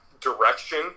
direction